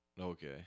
Okay